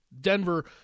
Denver